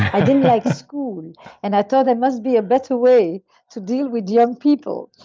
i didn't like school and and i thought there must be a better way to deal with young people.